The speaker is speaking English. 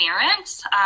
parents